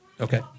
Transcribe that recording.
Okay